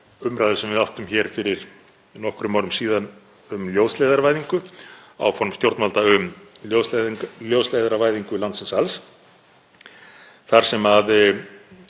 umræðu sem við áttum hér fyrir nokkrum árum um ljósleiðaravæðingu, áform stjórnvalda um ljósleiðaravæðingu landsins alls, þar sem ólík